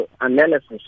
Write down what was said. analysis